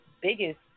biggest